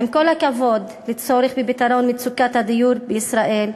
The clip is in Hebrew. עם כל הכבוד לצורך בפתרון מצוקת הדיור בישראל,